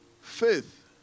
Faith